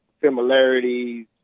similarities